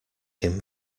him